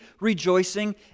rejoicing